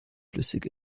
flüssig